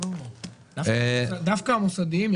--- דווקא המוסדיים,